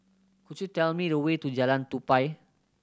could you tell me the way to Jalan Tupai